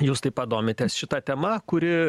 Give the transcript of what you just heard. jūs taip pat domitės šita tema kuri